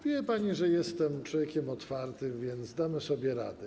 Wie pani, że jestem człowiekiem otwartym, więc damy sobie radę.